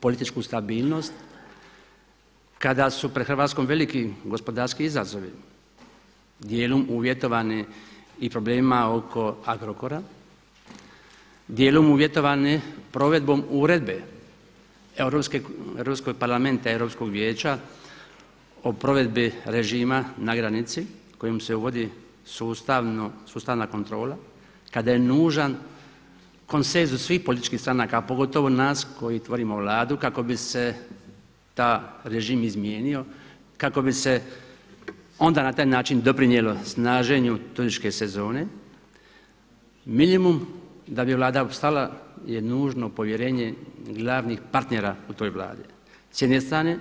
političku stabilnost, kada su pred Hrvatskom veliki gospodarski izazovi, dijelom uvjetovani problemima oko Agrokora, dijelom uvjetovani provedbom Uredbe Europskog parlamenta i Europskog Vijeća o provedbi režima na granici kojim se uvodi sustavna kontrola, kada je nužan konsenzus svih političkih stranaka, a pogotovo nas koji tvorimo Vladu kako bi se taj režim izmijenio, kako bi se onda na taj način doprinijelo snaženju turističke sezone, minimum da bi Vlada opstala je nužno povjerenje glavnih partnera u toj Vladi s jedne strane.